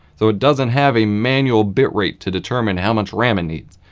so it doesn't have a manual bitrate to determine how much ram it needs.